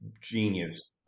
genius